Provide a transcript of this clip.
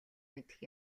мэдэх